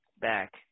back